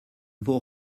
vaut